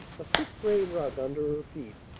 a thick, gray rug under her feet,